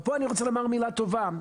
ופה אני רוצה לומר מילה טובה.